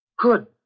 Good